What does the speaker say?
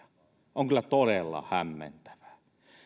on kyllä todella hämmentävää